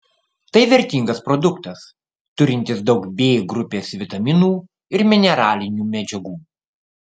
tai vertingas produktas turintis daug b grupės vitaminų ir mineralinių medžiagų